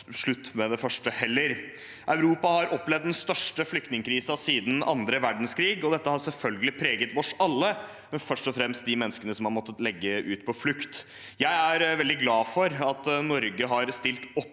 slutt med det første. Europa har opplevd den største flyktningkrisen siden annen verdenskrig, og dette har selvfølgelig preget oss alle, men først og fremst de menneskene som har måttet legge ut på flukt. Jeg er veldig glad for at Norge har stilt opp